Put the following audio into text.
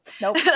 Nope